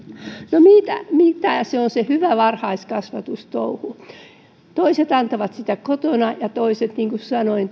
no mitä se on se hyvä varhaiskasvatustouhu toiset antavat sitä kotona ja toiset taas niin kuin sanoin